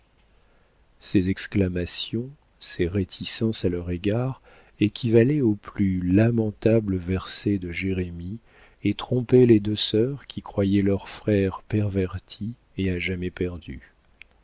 ses exclamations ses réticences à leur égard équivalaient aux plus lamentables versets de jérémie et trompaient les deux sœurs qui croyaient leurs frères pervertis et à jamais perdus